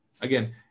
Again